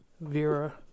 Vera